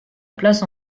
place